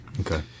Okay